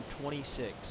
twenty-six